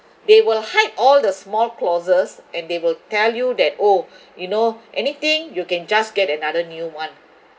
they will hide all the small clauses and they will tell you that oh you know anything you can just get another new one